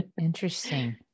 Interesting